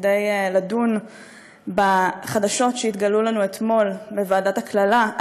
כדי לדון בחדשות שהתגלו לנו אתמול בוועדת הקללה,